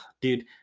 Dude